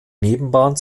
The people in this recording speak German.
nebenbahn